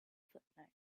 footnotes